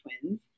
twins